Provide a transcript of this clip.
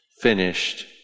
finished